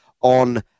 on